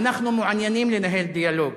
אנחנו מעוניינים לנהל דיאלוג,